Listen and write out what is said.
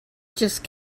just